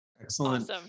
Excellent